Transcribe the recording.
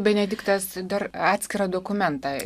benediktas dar atskirą dokumentą